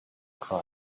cry